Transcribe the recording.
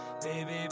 baby